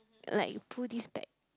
uh like you pull this back